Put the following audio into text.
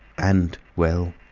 and well.